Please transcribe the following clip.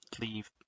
leave